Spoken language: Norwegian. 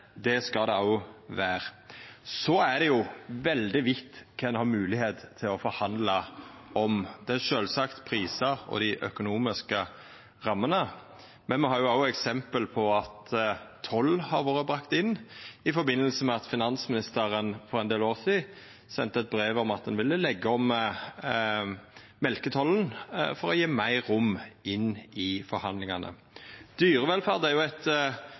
det skal det òg vera. Så er det veldig vidt kva ein har moglegheit til å forhandla om. Det er sjølvsagt prisar og dei økonomiske rammene, men me har òg eksempel på at toll har vore bringa inn i forbindelse med at finansministeren for ein del år sidan sende eit brev om at ein ville leggja om mjølketollen for å gje meir rom inn i forhandlingane. Dyrevelferd er eit